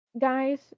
guys